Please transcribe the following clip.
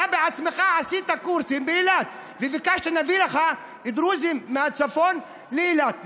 אתה בעצמך עשית קורסים באילת וביקשת שנביא לך דרוזים מהצפון לאילת,